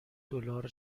دلار